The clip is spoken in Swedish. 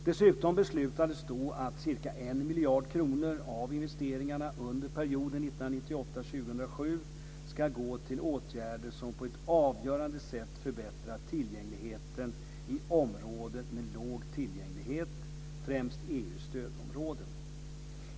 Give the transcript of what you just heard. Dessutom beslutades då att ca 1 miljard kronor av investeringarna under perioden 1998-2007 ska gå till åtgärder som på ett avgörande sätt förbättrar tillgängligheten i områden med låg tillgänglighet, främst EU:s stödområden.